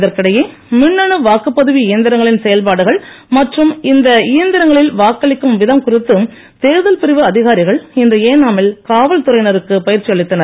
இதற்கிடையே மின்னணு வாக்குப்பதிவு இயந்திரங்களின் செயல்பாடுகள் மற்றும் இந்த இயந்திரங்களில் வாக்களிக்கும் விதம் பிரிவு தேர்தல் அதிகாரிகள் குறித்து இன்று ஏனாமில் காவல்துறையினருக்கு பயிற்சி அளித்தனர்